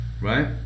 right